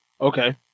okay